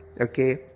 okay